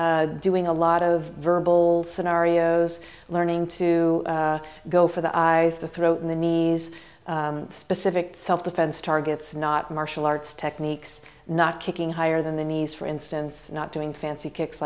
defense doing a lot of verbal scenarios learning to go for the eyes the throat and the knees specific self defense targets not martial arts techniques not kicking higher than the knees for instance not doing fancy kicks